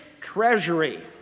treasury